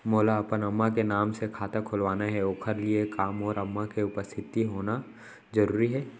मोला अपन अम्मा के नाम से खाता खोलवाना हे ओखर लिए का मोर अम्मा के उपस्थित होना जरूरी हे?